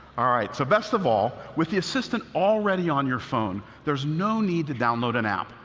all right, so best of all, with the assistant already on your phone, there's no need to download an app.